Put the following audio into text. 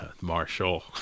Marshall